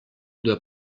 doit